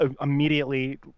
immediately